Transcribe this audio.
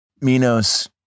Minos